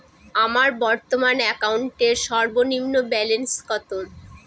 আমার বর্তমান অ্যাকাউন্টের সর্বনিম্ন ব্যালেন্স কত?